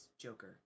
Joker